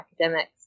academics